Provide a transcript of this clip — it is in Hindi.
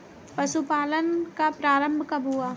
पशुपालन का प्रारंभ कब हुआ?